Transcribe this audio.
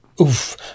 Oof